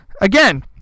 Again